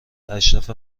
اشرف